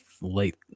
late